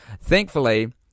Thankfully